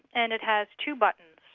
and it has two buttons.